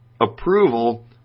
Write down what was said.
approval